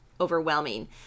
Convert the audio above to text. overwhelming